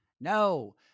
No